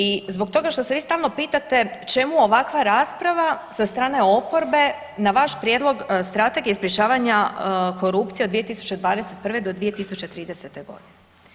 I zbog toga što se vi stalno pitate čemu ovakva rasprava, sa strane oporbe, na vaš prijedlog Strategije sprječavanja korupcije od 2021.-2030. godine.